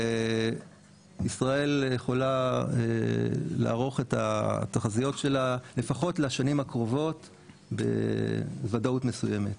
וישראל יכולה לערוך את התחזיות שלה לפחות לשנים הקרובות בוודאות מסוימת.